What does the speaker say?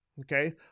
Okay